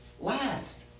last